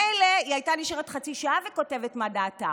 מילא היא הייתה נשארת חצי שעה וכותבת מה דעתה,